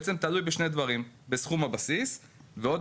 בעצם תלוי בשני דברים: בסכום הבסיס ובדלתא,